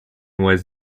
was